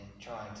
trying